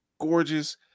gorgeous